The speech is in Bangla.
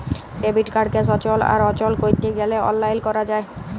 ডেবিট কাড়কে সচল আর অচল ক্যরতে গ্যালে অললাইল ক্যরা যায়